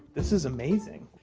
this is amazing.